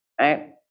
right